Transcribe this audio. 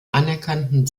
anerkannten